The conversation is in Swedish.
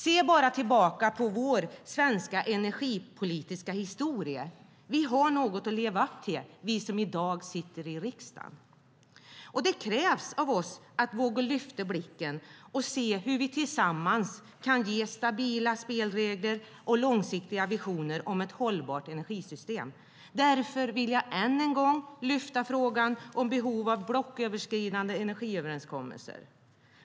Se bara tillbaka på vår svenska energipolitiska historia. Vi har något att leva upp till, vi som i dag sitter i riksdagen. Det krävs av oss att våga lyfta blicken och se hur vi tillsammans kan ge stabila spelregler och långsiktiga visioner om ett hållbart energisystem. Därför vill jag än en gång lyfta fram frågan om behov av blocköverskridande energiöverenskommelser.